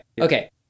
Okay